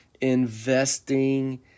investing